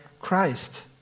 Christ